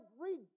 read